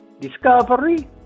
discovery